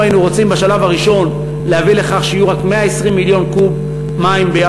בשלב הראשון היינו רוצים להביא לכך שיהיו רק 120 מיליון קוב בים-המלח,